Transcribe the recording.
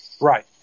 Right